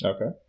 Okay